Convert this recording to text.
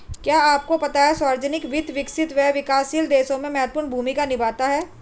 क्या आपको पता है सार्वजनिक वित्त, विकसित एवं विकासशील देशों में महत्वपूर्ण भूमिका निभाता है?